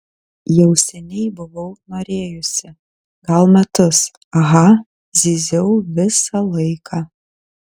jau seniai buvau norėjusi gal metus aha zyziau visą laiką